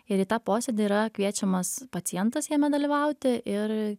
ir į tą posėdį yra kviečiamas pacientas jame dalyvauti ir